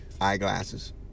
eyeglasses